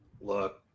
Look